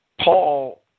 Paul